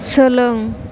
सोलों